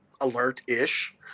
alert-ish